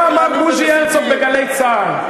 ומה אמר בוז'י הרצוג ב"גלי צה"ל".